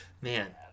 man